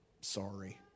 Sorry